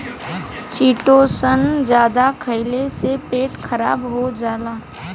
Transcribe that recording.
chitosan जादा खइले से पेट खराब हो जाला